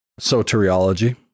soteriology